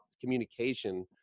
communication